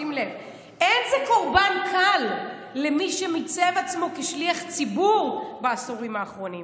אין זה קורבן קל למי שמיצב עצמו כשליח ציבור בעשורים האחרונים